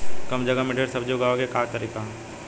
कम जगह में ढेर सब्जी उगावे क का तरीका ह?